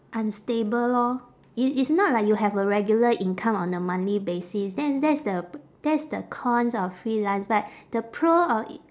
unstable lor i~ it's not like you have a regular income on a monthly basis then that's the that's the cons of freelance but the pro of i~